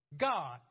God